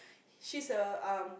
she's a um